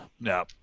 no